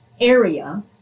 area